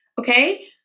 Okay